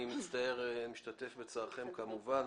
אני משתתף בצערכם כמובן.